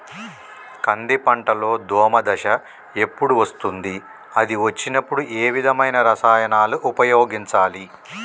కంది పంటలో దోమ దశ ఎప్పుడు వస్తుంది అది వచ్చినప్పుడు ఏ విధమైన రసాయనాలు ఉపయోగించాలి?